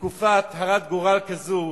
בתקופה הרת גורל כזו,